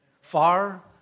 far